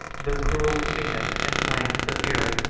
the cruel rufinus inflamed the fury,